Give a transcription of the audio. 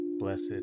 Blessed